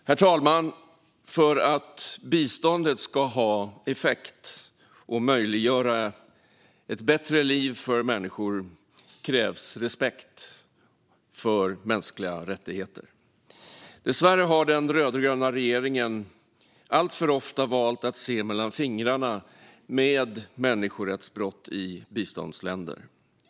Herr talman! För att biståndet ska ha effekt och möjliggöra ett bättre liv för människor krävs respekt för mänskliga rättigheter. Dessvärre har den rödgröna regeringen alltför ofta valt att se mellan fingrarna med människorättsbrott i biståndsländer.